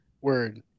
word